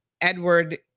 Edward